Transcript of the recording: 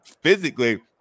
physically